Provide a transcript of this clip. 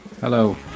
Hello